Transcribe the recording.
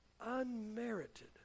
unmerited